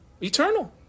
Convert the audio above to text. Eternal